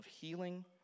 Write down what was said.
healing